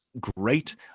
great